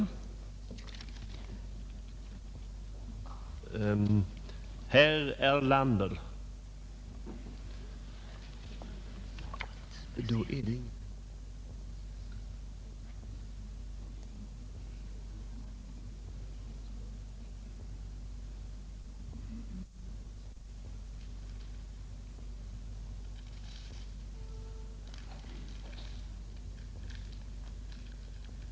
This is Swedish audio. Allmänpolitisk debatt Allmänpolitisk debatt